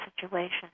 situation